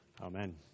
Amen